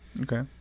Okay